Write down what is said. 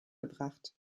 gebracht